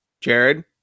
Jared